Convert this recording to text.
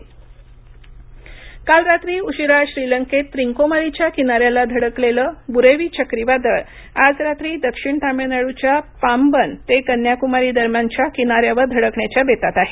बरेवी चक्रीवादळ काल रात्री उशिरा श्रीलंकेत त्रिंकोमालीच्या किनाऱ्याला धडकलेलं बुरेवी चक्रीवादळ आज रात्री दक्षिण तामिळनाडूच्या पामबन ते कन्याकुमारी दरम्यानच्या किनाऱ्यावर धडकण्याच्या बेतात आहे